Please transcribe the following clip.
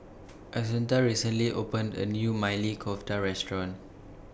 Assunta recently opened A New Maili Kofta Restaurant